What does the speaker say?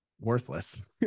worthless